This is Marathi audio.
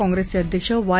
काँग्रेसचे अध्यक्ष वाय